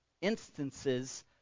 instances